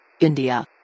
India